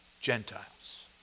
Gentiles